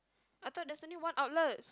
I thought there's only one outlet